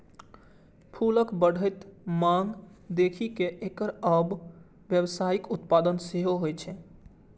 फूलक बढ़ैत मांग देखि कें एकर आब व्यावसायिक उत्पादन सेहो होइ छै